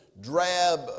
drab